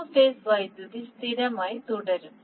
മൂന്ന് ഫേസ് വൈദ്യുതി സ്ഥിരമായി തുടരും